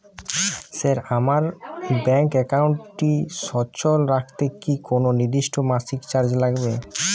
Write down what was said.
Sir আমার bank একাউন্টটি সচল রাখতে কি কোনো নির্দিষ্ট মাসিক চার্জ লাগবে?